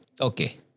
Okay